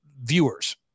viewers